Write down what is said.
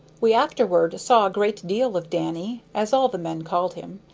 we afterward saw a great deal of danny, as all the men called him.